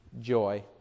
joy